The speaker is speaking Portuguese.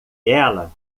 ela